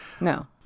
No